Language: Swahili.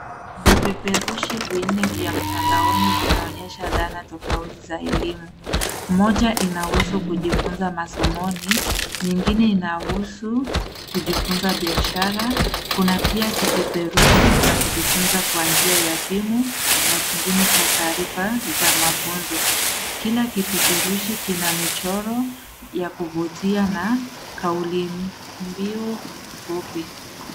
Vipeperushi vinne vya mtandaoni vinaonyesha dhana tofauti za elimu. Moja inahusu kujifunza masomoni, nyingine inahusu kujifunza biashara. Kuna pia kipeperushi cha kujifunza kwa njia ya simu, na kingine cha taarifa za mafunzo. Kila kipeperushi kina michioro ya kuvutia na kaulimbiu fupi.